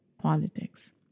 politics